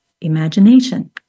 imagination